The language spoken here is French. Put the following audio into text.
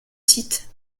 site